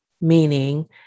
meaning